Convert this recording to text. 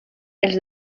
els